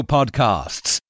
Podcasts